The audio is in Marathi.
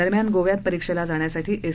दरम्यान गोव्यात परीक्षस्ती जाण्यासाठी एस